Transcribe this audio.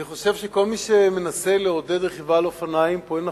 אני חושב שכל מי שמנסה לעודד רכיבה על אופניים פועל נכון.